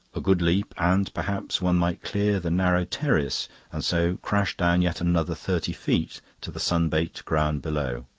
a good leap, and perhaps one might clear the narrow terrace and so crash down yet another thirty feet to the sun-baked ground below.